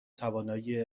توانایی